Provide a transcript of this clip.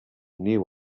knew